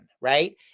right